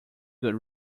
good